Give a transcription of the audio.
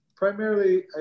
Primarily